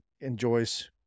enjoys